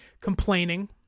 complaining